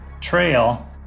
trail